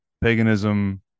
paganism